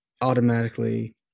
automatically